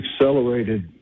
accelerated